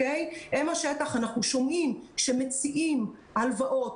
אנחנו שומעים שמציעים הלוואות,